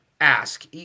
ask